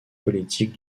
politique